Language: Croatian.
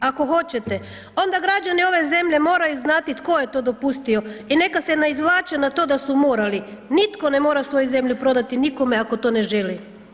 Ako hoćete, onda građani ove zemlje moraju znati tko je to dopustio i neka se ne izvlače na to da su morali, nitko ne mora svoju zemlju prodati nikome ako to ne želi.